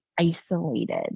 isolated